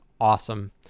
awesome